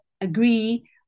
agree